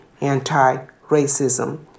anti-racism